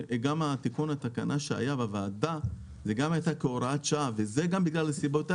תיקון התקנה שהיה בוועדה זה גם היה כהוראת שעה וזה גם בגלל הסיבות האלה,